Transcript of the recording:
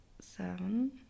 seven